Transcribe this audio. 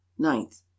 Ninth